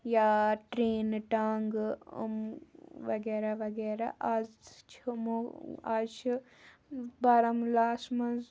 یا ٹرٛینہٕ ٹانٛگہٕ یِم وغیرہ وغیرہ آز چھِ یِمو آز چھِ بارہموٗلاہَس منٛز